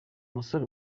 musore